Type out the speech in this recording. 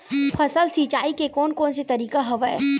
फसल सिंचाई के कोन कोन से तरीका हवय?